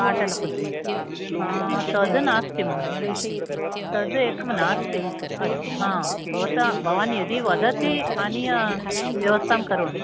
पाटलपुष्टा तत् नास्ति महोदय तत् एकं नास्ति भवता भवान् यदि वदति आनीय व्यवस्थां करोमि